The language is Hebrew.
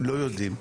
לא יודעים.